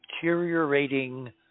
deteriorating